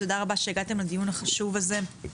תודה רבה שהגעתם לדיון החשוב הזה.